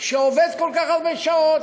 שעובד כל כך הרבה שעות,